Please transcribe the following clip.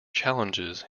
challenges